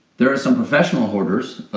there are some professional hoarders,